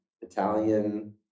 Italian